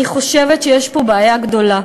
אני חושבת שיש פה בעיה גדולה.